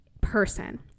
person